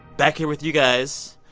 back here with you guys,